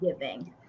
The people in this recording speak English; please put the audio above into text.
giving